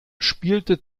spielte